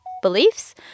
beliefs